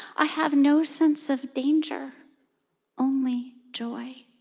i have no sense of danger only joy.